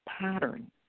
pattern